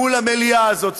מול המליאה הזאת,